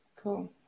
cool